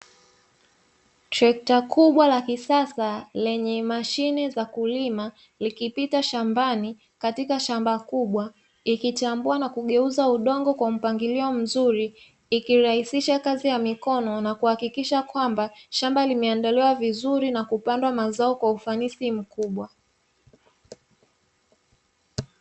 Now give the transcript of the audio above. Trekta kubwa la kisasa lenye mashine za kulima likipita shambani, katika shamba kubwa, likitambua na kugeuza udongo kwa mpangilio mzuri, likirahisisha kazi ya mikono na kuhakikisha kwamba shamba limeandaliwa vizuri na kupandwa mazao kwa ufanisi mkubwa.